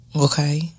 Okay